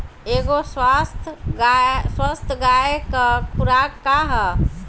एगो स्वस्थ गाय क खुराक का ह?